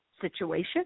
situation